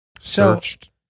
searched